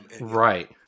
Right